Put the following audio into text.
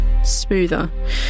Smoother